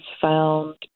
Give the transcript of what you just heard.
found